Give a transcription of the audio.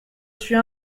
suis